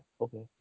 okay